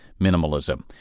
minimalism